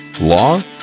Law